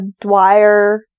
Dwyer